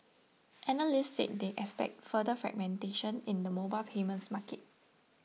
analysts said they expect further fragmentation in the mobile payments market